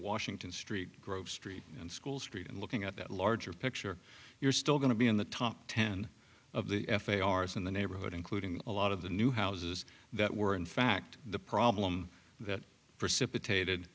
washington street grove street and school street and looking at that larger picture you're still going to be in the top ten of the f a r s in the neighborhood including a lot of the new houses that were in fact the problem that precipitated